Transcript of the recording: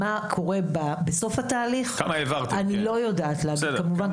מה קורה בסוף התהליך אני לא יודעת להגיד כמובן,